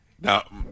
Now